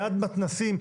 ליד מתנ"סים,